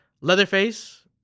Leatherface